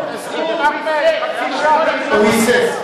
הוא היסס.